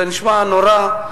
זה נשמע נורא.